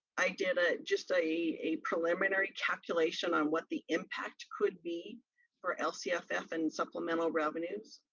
i did ah just a a preliminary calculation on what the impact could be for lcff and supplemental revenues.